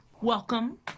welcome